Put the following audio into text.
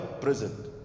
present